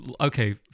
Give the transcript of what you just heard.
okay